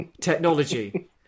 technology